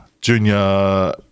Junior